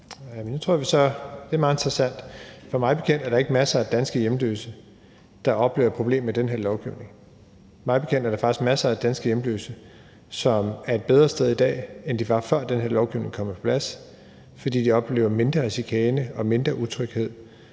Det er meget interessant, for mig bekendt er der ikke masser af danske hjemløse, der oplever et problem med den her lovgivning. Mig bekendt er der faktisk masser af danske hjemløse, som er et bedre sted i dag, end de var, før den her lovgivning kom på plads, fordi de oplever mindre chikane og mindre utryghed